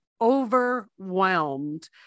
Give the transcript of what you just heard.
overwhelmed